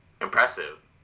impressive